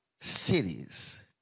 cities